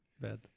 bad